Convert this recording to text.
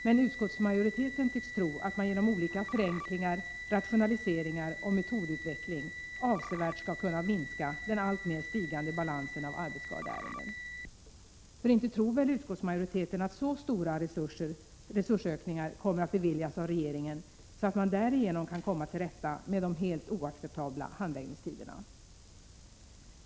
Men utskottsmajoriteten tycks tro att man genom olika förenklingar, rationaliseringar och metodutveckling avsevärt skall kunna minska den alltmer stigande balansen av arbetsskadeärenden. För inte tror väl utskottsmajoriteten att så stora resursökningar kommer att beviljas av regeringen att man därigenom kan komma till rätta med de helt oacceptabla handläggningstiderna?